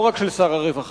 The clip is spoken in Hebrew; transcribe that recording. לא רק של שר הרווחה.